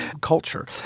culture